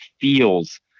feels